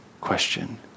question